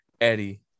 Eddie